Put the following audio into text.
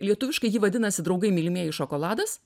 lietuviškai ji vadinasi draugai mylimieji šokoladas